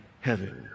heaven